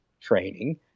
training